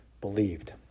believed